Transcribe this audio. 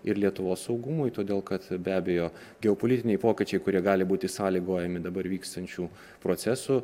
ir lietuvos saugumui todėl kad be abejo geopolitiniai pokyčiai kurie gali būti sąlygojami dabar vykstančių procesų